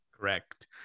Correct